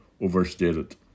overstated